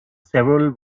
several